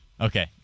Okay